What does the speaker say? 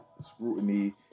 scrutiny